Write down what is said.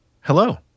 Hello